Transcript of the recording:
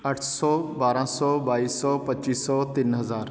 ਅੱਠ ਸੌ ਬਾਰ੍ਹਾਂ ਸੌ ਬਾਈ ਸੌ ਪੱਚੀ ਸੌ ਤਿੰਨ ਹਜ਼ਾਰ